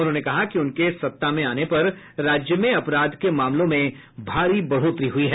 उन्होंने कहा कि उनके सत्ता में आने पर राज्य में अपराध के मामलों में भारी बढ़ोतरी हुई है